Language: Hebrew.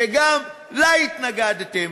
שגם לה התנגדתם.